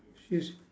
she's